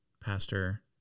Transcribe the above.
Pastor